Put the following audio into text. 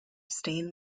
staying